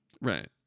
Right